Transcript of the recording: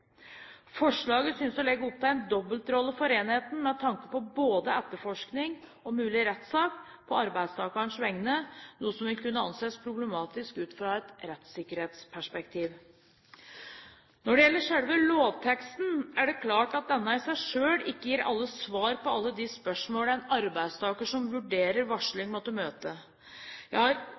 Forslaget synes å legge opp til en dobbeltrolle for enheten, med tanke på både etterforskning og mulig rettssak på arbeidstakerens vegne, noe som vil kunne anses problematisk ut fra et rettssikkerhetsperspektiv. Når det gjelder selve lovteksten, er det klart at denne i seg selv ikke gir svar på alle de spørsmål en arbeidstaker som vurderer varsling, måtte møte. Jeg